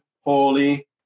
holy